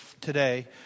today